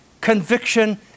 conviction